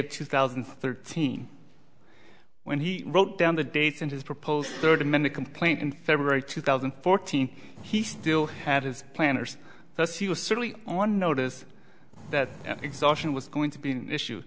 of two thousand and thirteen when he wrote down the dates and his proposed thirty minute complaint in february two thousand and fourteen he still had his planners that she was certainly on notice that exhaustion was going to be an issue